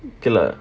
okay lah